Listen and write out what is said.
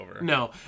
No